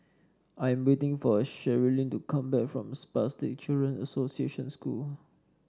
I am waiting for Cherilyn to come back from Spastic Children Association School